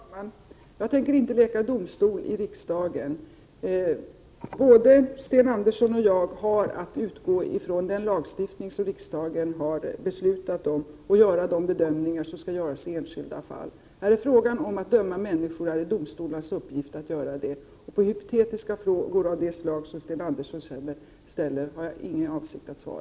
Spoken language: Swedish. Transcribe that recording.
Herr talman! Jag tänker inte leka domstol i riksdagen. Både Sten Andersson i Malmö och jag har att utgå från den lagstiftning som riksdagen har fattat beslut om och att göra de bedömningar som skall göras i enskilda fall. När det är fråga om att döma människor är det en uppgift för domstolen. Jag har ingen avsikt att svara på hypotetiska frågor av det slag som Sten Andersson ställer.